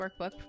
workbook